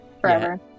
forever